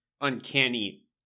uncanny